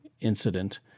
incident